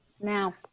Now